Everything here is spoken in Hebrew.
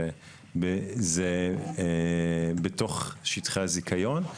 זה בתוך שיטחי הזיכיון,